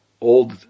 old